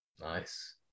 nice